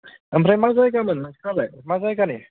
आमफ्राय मा जायगामोन नोंसिनालाय मा जायगानि